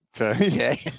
Okay